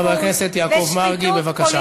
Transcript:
חבר הכנסת יעקב מרגי, בבקשה.